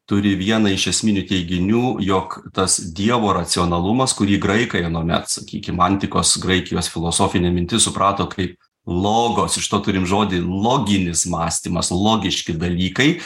turi vieną iš esminių teiginių jog tas dievo racionalumas kurį graikai anuomet sakykim antikos graikijos filosofinė mintis suprato kaip logos iš to turim žodį loginis mąstymas logiški dalykai